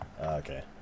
Okay